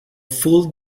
full